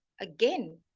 again